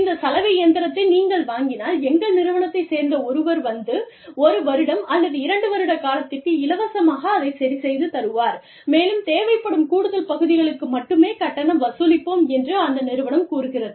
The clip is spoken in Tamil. இந்த சலவை இயந்திரத்தை நீங்கள் வாங்கினால் எங்கள் நிறுவனத்தைச் சேர்ந்த ஒருவர் வந்து ஒரு வருடம் அல்லது இரண்டு வருட காலத்திற்கு இலவசமாக அதைச் சரிசெய்து தருவார் மேலும் தேவைப்படும் கூடுதல் பகுதிகளுக்கு மட்டுமே கட்டணம் வசூலிப்போம் என்று அந்த நிறுவனம் கூறுகிறது